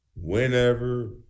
Whenever